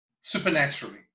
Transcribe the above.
supernaturally